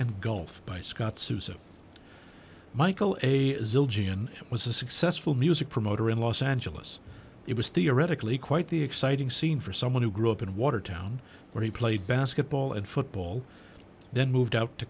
and golf by scott souza michael a zildjian was a successful music promoter in los angeles it was theoretically quite the exciting scene for someone who grew up in watertown where he played basketball and football then moved out to